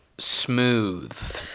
smooth